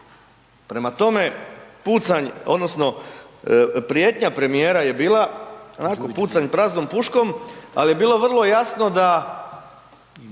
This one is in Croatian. odnosno prijetnja premijera je bila onako pucanj praznom puškom, ali je bilo vrlo jasno da